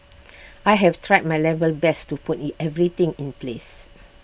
I have tried my level best to put in everything in place